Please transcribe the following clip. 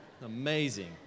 Amazing